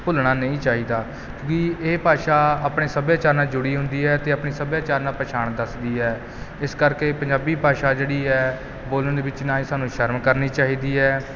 ਭੁੱਲਣਾ ਨਹੀਂ ਚਾਹੀਦਾ ਕਿਉਂਕਿ ਇਹ ਭਾਸ਼ਾ ਆਪਣੇ ਸੱਭਿਆਚਾਰ ਨਾਲ ਜੁੜੀ ਹੁੰਦੀ ਹੈ ਅਤੇ ਆਪਣੇ ਸੱਭਿਆਚਾਰ ਨਾਲ ਪਛਾਣ ਦੱਸਦੀ ਹੈ ਇਸ ਕਰਕੇ ਪੰਜਾਬੀ ਭਾਸ਼ਾ ਜਿਹੜੀ ਹੈ ਬੋਲਣ ਵਿੱਚ ਨਾ ਹੀ ਸਾਨੂੰ ਸ਼ਰਮ ਕਰਨੀ ਚਾਹੀਦੀ ਹੈ